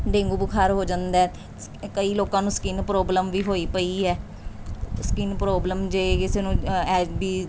dengue ਬੁਖਾਰ ਹੋ ਜਾਂਦਾ ਸ ਕਈ ਲੋਕਾਂ ਨੂੰ ਸਕਿੰਨ ਪ੍ਰੋਬਲਮ ਵੀ ਹੋਈ ਪਈ ਹੈ ਸਕਿੰਨ ਪ੍ਰੋਬਲਮ ਜੇ ਕਿਸੇ ਨੂੰ ਵੀ